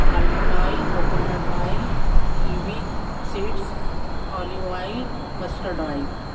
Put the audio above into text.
almond oil coconut oil kiwi seeds olive oil mustard oil